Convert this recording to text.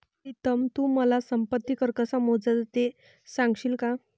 प्रीतम तू मला संपत्ती कर कसा मोजायचा ते सांगशील का?